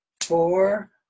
four